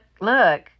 look